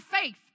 faith